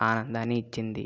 ఆనందాన్ని ఇచ్చింది